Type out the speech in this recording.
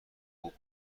خوب